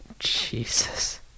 Jesus